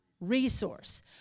resource